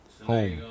Home